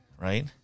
right